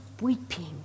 weeping